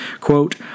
Quote